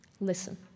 Listen